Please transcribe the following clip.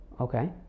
Okay